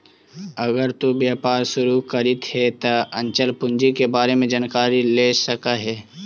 अगर तु व्यापार शुरू करित हे त अचल पूंजी के बारे में जानकारी ले सकऽ हे